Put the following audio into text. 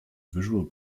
visual